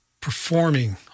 performing